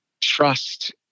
trust